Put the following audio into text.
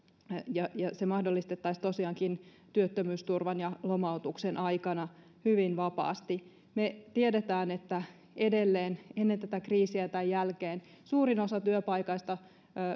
ja miten se mahdollistettaisiin tosiaankin työttömyysturvan ja lomautuksen aikana hyvin vapaasti me tiedämme että edelleen ennen tätä kriisiä ja tämän jälkeen suurin osa työpaikoista